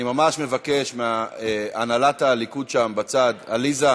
אני ממש מבקש מהנהלת הליכוד שם בצד, עליזה,